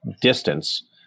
distance